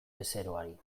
bezeroari